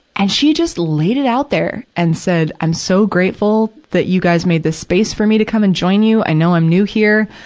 and she just laid it out there and said, i'm so grateful that you guys made this space for me to come and join you. i know i'm new here.